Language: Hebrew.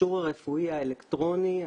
המכשור הרפואי האלקטרוני,